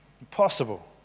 Impossible